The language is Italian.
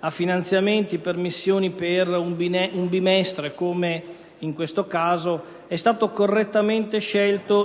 a finanziamenti per le missioni per un bimestre, come in questo caso, è stato scelto correttamente,